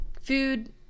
food